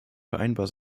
vereinbar